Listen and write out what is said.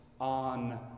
on